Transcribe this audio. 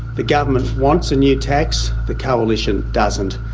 the government wants a new tax, the coalition doesn't.